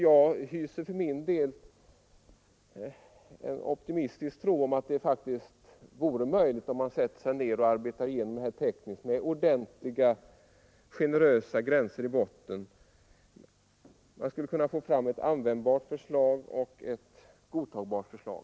Jag är för min del övertygad om att ifall man bara arbetar igenom det hela tekniskt med ordentliga generösa gränser i botten skulle man kunna få fram ett användbart och godtagbart förslag.